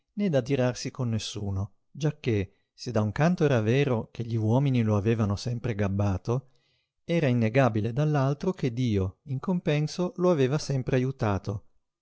né d'adirarsi con nessuno giacché se da un canto era vero che gli uomini lo avevano sempre gabbato era innegabile dall'altro che dio in compenso lo aveva sempre ajutato